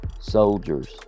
soldiers